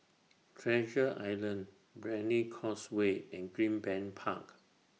Treasure Island Brani Causeway and Greenbank Park